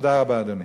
תודה רבה, אדוני.